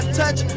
touch